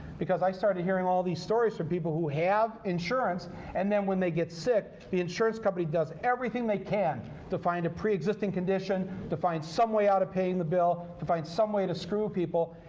because i started hearing all these stories from people who have insurance and then when they get sick, the insurance does everything they can to find a preexisting condition, to find some way out of paying the bill, to find some way to screw people.